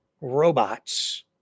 robots